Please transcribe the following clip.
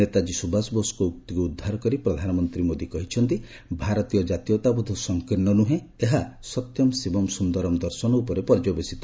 ନେତାକ୍ରୀ ସୁଭାଷ ବୋଷଙ୍କ ଉକ୍ତିକୁ ଉଦ୍ଧାର କରି ପ୍ରଧାନମନ୍ତ୍ରୀ କହିଛନ୍ତି ଯେ ଭାରତୀୟ ଜାତୀୟତାବୋଧ ସଂକୀର୍ଣ୍ଣ ନୁହେଁ ଏହା ସତ୍ୟମ ଶିବମ୍ ସୁନ୍ଦରମ୍ ଦର୍ଶନ ଉପରେ ପର୍ଯ୍ୟବେସିତ